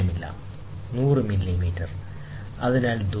അളക്കേണ്ട ആവശ്യമില്ല കാരണം ഇത് അറിയപ്പെടുന്ന നീളമാണ്